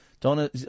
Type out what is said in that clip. Donna